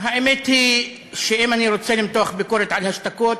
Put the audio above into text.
האמת היא שאם אני רוצה למתוח ביקורת על השתקות,